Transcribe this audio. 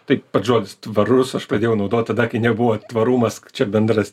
tai pats žodis tvarus aš pradėjau naudot tada nebuvo tvarumas k čia bendras